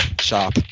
Shop